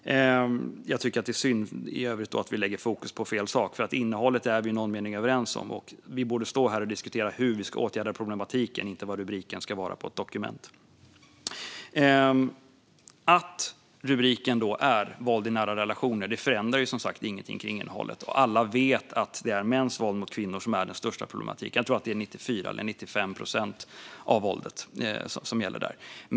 Jag tycker att det är synd att vi lägger fokus på fel sak, för innehållet är vi i någon mening överens om. Vi borde stå här och diskutera hur vi ska åtgärda problematiken, inte vad rubriken på ett dokument ska vara. Att det i rubriken står "våld i nära relationer" förändrar som sagt inget när det gäller innehållet. Alla vet att det är mäns våld mot kvinnor som är det största problemet - jag tror att det utgör 94 eller 95 procent av våldet.